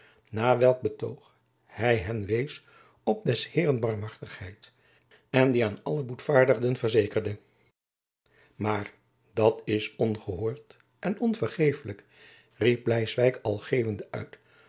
na welk betoog hy hen wees op des heeren barmhartigheid en die aan alle boetvaardigen verzekerde maar dat is ongehoord en onvergeeflijk riep bleiswijck al geeuwende uit